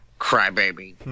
Crybaby